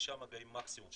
חמישה מגעים מקסימום,